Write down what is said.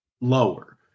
lower